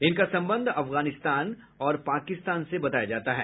इनका संबंध अफगानिस्तान और पाकिस्तान से बताया जाता है